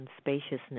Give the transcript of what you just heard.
spaciousness